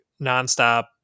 nonstop